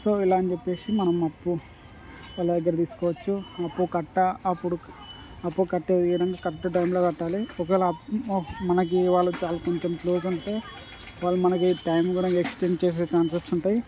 so ఇలా అని చెప్పేసి మనం అప్పు వాళ్ళ దగ్గర తీసుకోవచ్చు అప్పు కట్టా అప్పుడు అప్పు కట్టేది గినంగా కరెక్ట్ టైంలో కట్టాలి ఒకవేళ యాప్ మనకి వాళ్ళు చాలా కొంచెం క్లోజ్ ఉంటే వాళ్ళు మనకి టైం కూడా ఎక్స్టెండ్ చేసే ఛాన్సెస్ ఉంటాయి